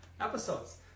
episodes